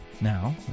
Now